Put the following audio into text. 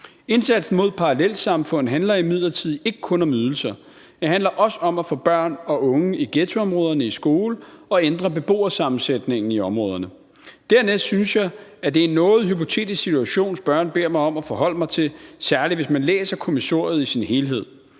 Indsatsen mod parallelsamfund handler imidlertid ikke kun om ydelser – det handler også om at få børn og unge i ghettoområderne i skole og ændre beboersammensætningen i områderne. Dernæst synes jeg, at det er en noget hypotetisk situation, spørgeren beder mig om at forholde mig til, særlig hvis man læser kommissoriet i sin helhed.